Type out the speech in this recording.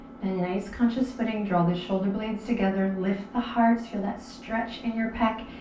then nice conscious footing. draw the shoulder blades together. lift the heart. feel that stretch in your pec.